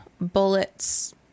bullets